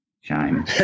shame